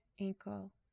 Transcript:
ankle